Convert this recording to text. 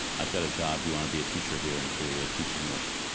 i've got a job. do you wanna be a teacher here in korea, teach english?